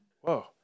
Whoa